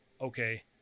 okay